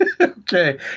Okay